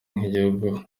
nk’igihugu